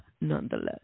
nonetheless